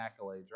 accolades